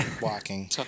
Walking